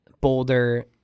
Boulder